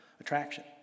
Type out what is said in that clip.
attraction